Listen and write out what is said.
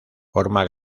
forma